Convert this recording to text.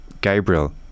Gabriel